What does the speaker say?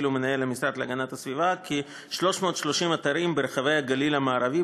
ומנהל המשרד להגנת הסביבה כ-330 אתרים ברחבי הגליל המערבי,